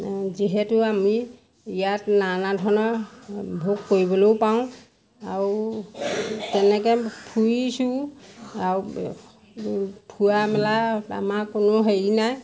এ যিহেতু আমি ইয়াত নানা ধৰণৰ ভোগ কৰিবলৈও পাওঁ আৰু তেনেকৈ ফুৰিছোঁ আৰু ফুৰা মেলাত আমাৰ কোনো হেৰি নাই